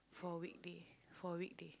for weekday for weekday